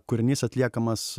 kūrinys atliekamas